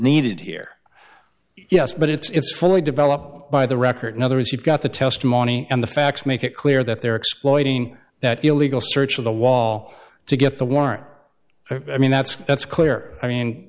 needed here yes but it's fully developed by the record another is you've got the testimony and the facts make it clear that they're exploiting that illegal search of the wall to get the warrant i mean that's that's clear i mean